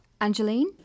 Angeline